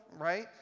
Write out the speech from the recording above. right